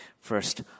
First